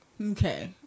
Okay